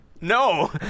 No